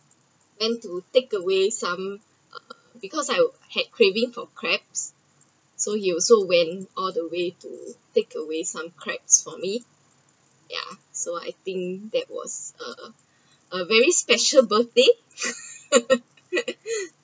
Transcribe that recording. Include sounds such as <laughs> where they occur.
went to takeaway some uh because I had craving for crabs so he also went all the way to takeaway some crabs for me ya so I think that was a a very special birthday <laughs>